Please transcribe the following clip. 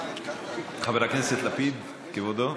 חבר הכנסת לפיד, כבודו.